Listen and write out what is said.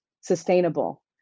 sustainable